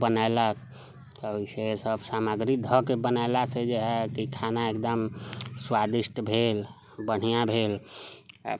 बनेलक तऽ फेर सभ सामग्री धो के बनेलासँ जे है खाना एकदम स्वादिष्ट भेल बढ़िऑं भेल